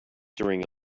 during